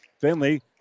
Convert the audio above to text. Finley